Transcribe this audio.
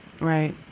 Right